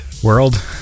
world